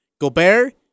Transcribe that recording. Gobert